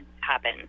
happen